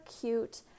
cute